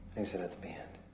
exit at the b end.